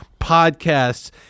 podcasts